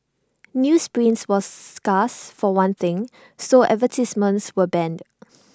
newsprint was scarce for one thing so advertisements were banned